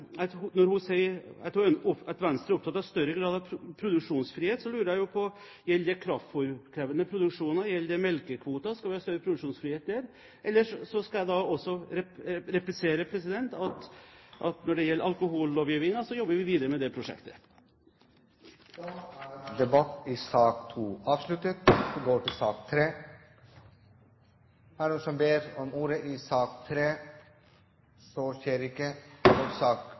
når hun sier at Venstre er opptatt av større grad av produksjonsfrihet, lurer jeg på om det gjelder kraftfôrkrevende produksjon. Gjelder det melkekvoter, skal vi ha større produksjonsfrihet der? Ellers skal jeg replisere at når det gjelder alkohollovgivningen, jobber vi videre med det prosjektet. Debatten i sak nr. 2 er dermed avsluttet. Ingen har bedt om ordet. Ingen har bedt om ordet. Ingen har bedt om ordet. Ingen har bedt om ordet. Ingen har bedt om ordet. Stortinget går til votering over sakene nr. 3–7 på dagens kart. I